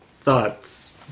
thoughts